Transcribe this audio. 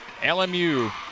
LMU